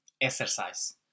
exercise